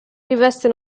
riveste